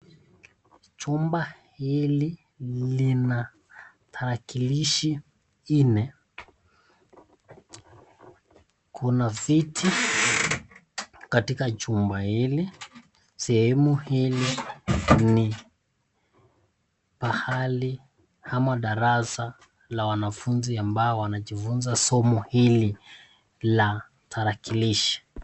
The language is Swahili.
Jumba hili lina tarakilishi nne, kuna viti katika jumba hili, pahali ama darasa la wanafunzi ambao wanajifunza somo hili la tarakilishi.